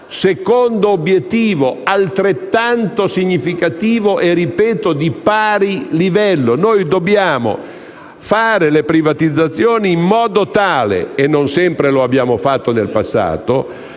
secondo obiettivo, altrettanto significativo e di pari livello, è che dobbiamo fare le privatizzazioni in modo tale - e non sempre lo abbiamo fatto in passato